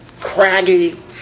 craggy